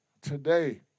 today